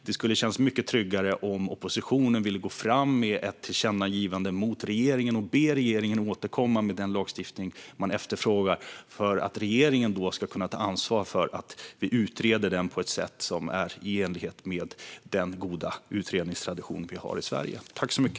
Det skulle kännas mycket tryggare om oppositionen ville gå fram med ett tillkännagivande till regeringen och be den att återkomma med den lagstiftning som efterfrågas, så att regeringen kan ta ansvar för att vi utreder detta på ett sätt som är i enlighet med den goda utredningstradition vi har i Sverige.